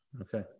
okay